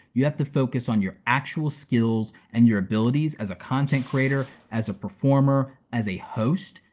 you have to focus on your actual skills and your abilities as a content creator, as a performer, as a host,